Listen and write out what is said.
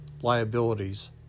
liabilities